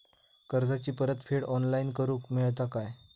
कर्जाची परत फेड ऑनलाइन करूक मेलता काय?